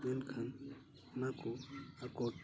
ᱢᱮᱱᱠᱷᱟᱱ ᱚᱱᱟ ᱠᱚ ᱟᱠᱚᱴ